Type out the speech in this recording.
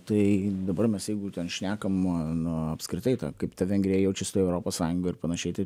tai dabar mes jeigu ten šnekam nu apskritai ta kaip ta vengrija jaučias toj europos sąjungoj ir panašiai tai